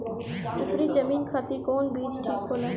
उपरी जमीन खातिर कौन बीज ठीक होला?